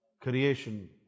creation